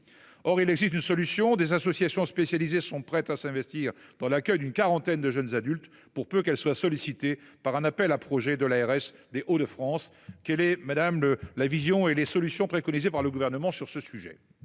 Or il existe une solution des associations spécialisées sont prêtes à s'investir dans l'accueil. Une quarantaine de jeunes adultes pour peu qu'elle soit sollicités par un appel à projets de l'ARS des Hauts de France quel et madame le la vision et les solutions préconisées par le gouvernement sur ce sujet.